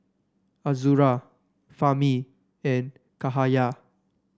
Azura Fahmi and Cahaya